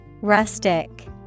Rustic